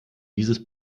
dieses